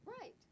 Right